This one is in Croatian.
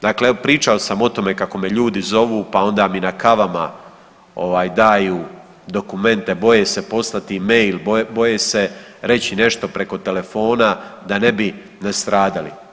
Dakle, pričao sam o tome kako me ljudi zovu pa onda mi na kavama daju dokumente, boje se poslati mail, boje se reći nešto preko telefona da ne bi nastradali.